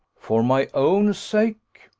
for my own sake!